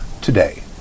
today